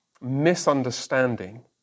misunderstanding